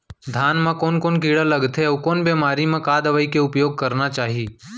धान म कोन कोन कीड़ा लगथे अऊ कोन बेमारी म का दवई के उपयोग करना चाही?